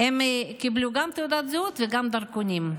הם קיבלו גם תעודת זהות וגם דרכונים.